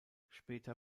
später